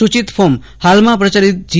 સુચિત ફોર્મ હાલમાં પ્રચલીત જી